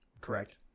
correct